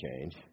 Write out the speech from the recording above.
change